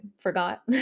forgot